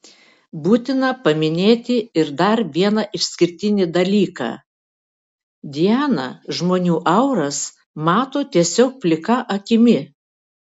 būtina paminėti ir dar vieną išskirtinį dalyką diana žmonių auras mato tiesiog plika akimi